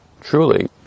truly